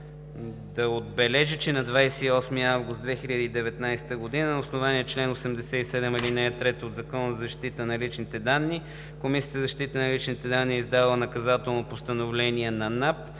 да отбележа, че: „на 28 август 2019 г. на основание чл. 87, ал. 3 от Закона за защита на личните данни Комисията за защита на личните данни е издала наказателно постановление на НАП